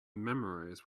memorize